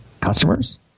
customers